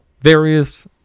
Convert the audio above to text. various